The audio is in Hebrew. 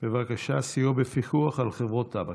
בבקשה, שאילתה מס' 495: סיוע בפיקוח על חברות טבק.